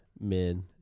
Men